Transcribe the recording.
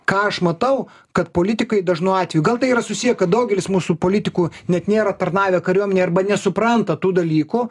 ką aš matau kad politikai dažnu atveju gal tai yra susiję kad daugelis mūsų politikų net nėra tarnavę kariuomenėj arba nesupranta tų dalykų